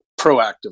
proactively